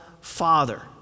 Father